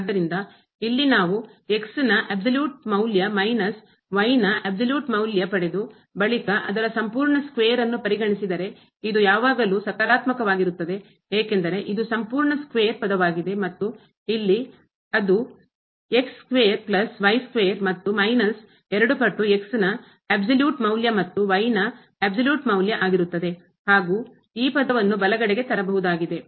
ಆದ್ದರಿಂದ ಇಲ್ಲಿ ನಾವು ನ ಅಬ್ಸಲ್ಯೂಟ್ ಸಂಪೂರ್ಣ ಮೌಲ್ಯ ಮೈನಸ್ ನ ಅಬ್ಸಲ್ಯೂಟ್ ಸಂಪೂರ್ಣ ಮೌಲ್ಯ ಪಡೆದು ಬಳಿಕ ಅದರ ಸಂಪೂರ್ಣ ಸ್ಕ್ವೇರ್ ಚದರ ವನ್ನು ಪರಿಗಣಿಸಿದರೆ ಇದು ಯಾವಾಗಲೂ ಸಕಾರಾತ್ಮಕವಾಗಿರುತ್ತದೆ ಏಕೆಂದರೆ ಇದು ಸಂಪೂರ್ಣ ಸ್ಕ್ವೇರ್ ಚದರ ಪದವಾಗಿದೆ ಮತ್ತು ಇಲ್ಲಿ ಅ ದು ಸ್ಕ್ವೇರ್ ಚದರ ಪ್ಲಸ್ ಸ್ಕ್ವೇರ್ ಚದರ ಮತ್ತು ಮೈನಸ್ 2 ಪಟ್ಟು ನ ಅಬ್ಸಲ್ಯೂಟ್ ಸಂಪೂರ್ಣ ಮೌಲ್ಯ ಮತ್ತು ನ ಅಬ್ಸಲ್ಯೂಟ್ ಸಂಪೂರ್ಣ ಮೌಲ್ಯ ಆಗಿರುತ್ತದೆ ಹಾಗೂ ಈ ಪದವನ್ನು ಬಲಗಡೆಗೆ ತರಬಹುದಾಗಿದೆ